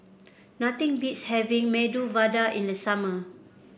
nothing beats having Medu Vada in the summer